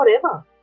forever